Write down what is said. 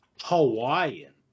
Hawaiian